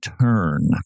turn